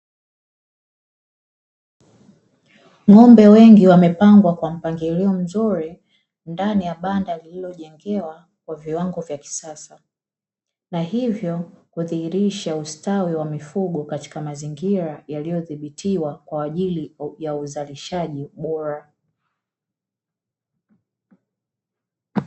Ng'ombe wengi wamepangwa kwa mpangilio mzuri ndani ya banda lililojengewa kwa viwango vya kisasa, na hivyo hudhihirisha ustawi wa mifugo katika mazingira yaliyodhibitiwa kwa ajili ya uzalishaji bora.